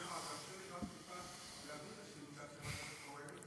תרשה לי טיפה להבהיר את השאילתה של חברת הכנסת קורן.